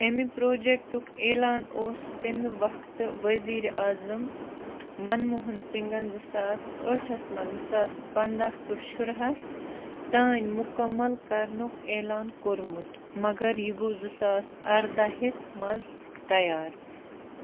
اَمہِ پرٛوجیٚکٹُک اعلان اوس تَمہِ وقتہٕ ؤزیٖرِ اعظم منموہَن سِنٛگَن زٕ ساس ٲٹھَس منٛز زٕ ساس پَنٛداہ ٹُو شُراہَس تام مُکمل کرنُک اعلان کوٚرمُت مگر یہِ گوٚو زٕ ساس اَرداہَس منٛز تَیار